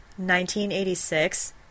1986